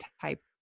type